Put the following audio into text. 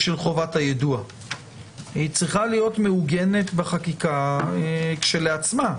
של חובת היידוע אלא מעוגנת בחקיקה כשלעצמה.